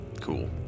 Cool